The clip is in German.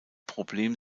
problem